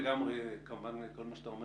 זה נכון לגמרי כמובן כל מה שאתה אומר